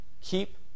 Keep